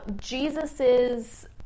Jesus's